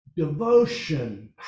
devotion